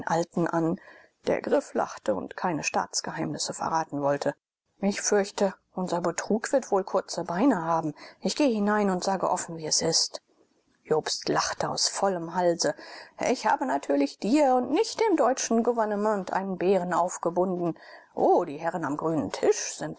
alten an der grifflachte und keine staatsgeheimnisse verraten wollte ich fürchte unser betrug wird wohl kurze beine haben ich geh hinein und sage offen wie es ist jobst lachte aus vollem halse ich habe natürlich dir und nicht dem deutschen gouvernement einen bären aufgebunden o die herren am grünen tisch sind